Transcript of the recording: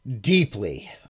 deeply